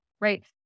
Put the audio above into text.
right